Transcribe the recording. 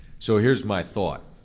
so here's my thought.